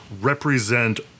represent